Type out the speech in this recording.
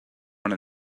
one